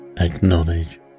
Acknowledge